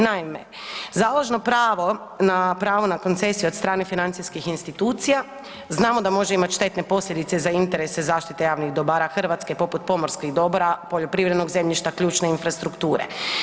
Naime, založno pravo na pravo na koncesiju od strane financijskih institucija znamo da može imati štetne posljedice za interese zaštite javnih dobara Hrvatske poput pomorskih dobra, poljoprivrednog zemljišta, ključne infrastrukture.